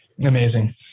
amazing